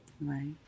Right